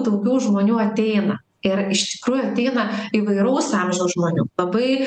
daugiau žmonių ateina ir iš tikrųjų ateina įvairaus amžiaus žmonių labai